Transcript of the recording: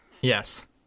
yes